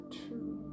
true